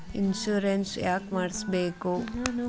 Insurance ಯಾಕ್ ಮಾಡಿಸಬೇಕು?